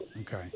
Okay